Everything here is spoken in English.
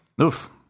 Oof